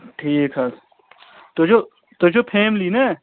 ٹھیٖک حظ تُہۍ چھُو تُہۍ چھُو فَیملی نا